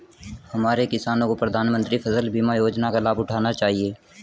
हमारे किसानों को प्रधानमंत्री फसल बीमा योजना का लाभ उठाना चाहिए